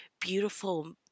beautiful